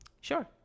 sure